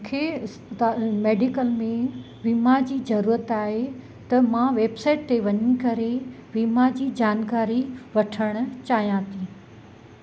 मूंखे इस्पताल मेडीकल में वीमा जी ज़रूरत आहे त मां वेबसाईत ते वञी करे वीमा जी जानकारी वठणु चाहियां थी